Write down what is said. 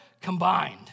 combined